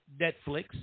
Netflix